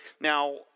now